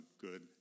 good